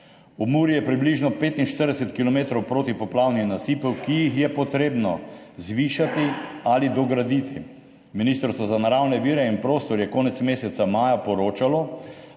Ob Muri je približno 45 kilometrov protipoplavnih nasipov, ki jih je potrebno zvišati ali dograditi. Ministrstvo za naravne vire in prostor je konec meseca maja poročalo,